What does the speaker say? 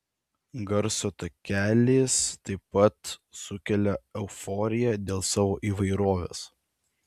garso takelis taip pat sukelia euforiją dėl savo įvairovės